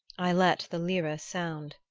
i let the lire sound.